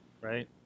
Right